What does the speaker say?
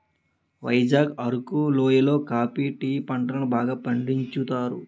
వైజాగ్ అరకు లోయి లో coffee tea పంటలను బాగా పండించుతారు